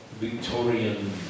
Victorian